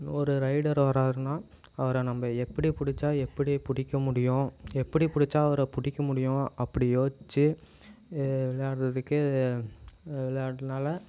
ஒரு ரைடர் வாராருன்னா அவரை நம்ப எப்படி பிடிச்சா எப்படி பிடிக்க முடியும் எப்டி புடிச்சா அவர பிடிக்க முடியும் அப்படி யோசிச்சு விளையாட்றதுக்கு விளாட்னால